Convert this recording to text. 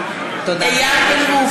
(קוראת בשמות חברי הכנסת) איל בן ראובן,